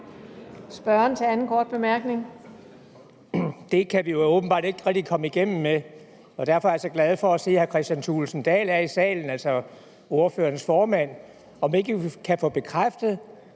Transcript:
Frank Aaen (EL): Det kan vi åbenbart ikke rigtig komme igennem med, og derfor er jeg glad for at se, hr. Kristian Thulesen Dahl er i salen, altså ordførerens formand, og vil spørge, om ikke vi kan få bekræftet,